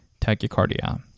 tachycardia